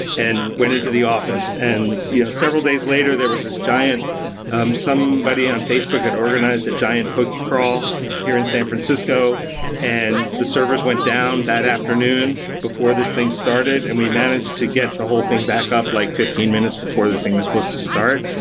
and went into the office. and you know several days later there was this giant um somebody on facebook had organize a giant pokey crawl here in san francisco and the servers went down that afternoon before this thing started, and we managed to get the whole thing back up like fifteen minutes before the thing was supposed to start.